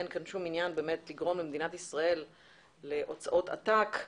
אין שום עניין לגרום למדינת ישראל להוצאות עתק.